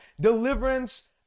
deliverance